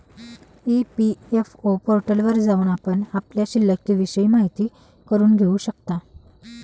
EPFO पोर्टलवर जाऊन आपण आपल्या शिल्लिकविषयी माहिती करून घेऊ शकता